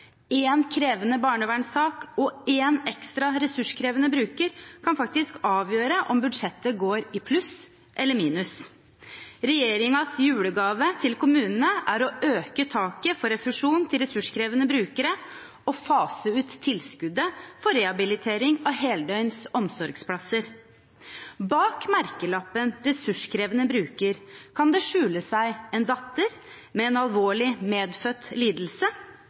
krevende barnevernssak og én ekstra ressurskrevende bruker kan faktisk avgjøre om budsjettet går i pluss eller i minus. Regjeringens julegave til kommunene er å øke taket for refusjon til ressurskrevende brukere og fase ut tilskuddet til rehabilitering av heldøgns omsorgsplasser. Bak merkelappen «ressurskrevende bruker» kan det skjule seg en datter med en alvorlig medfødt lidelse,